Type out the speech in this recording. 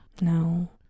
No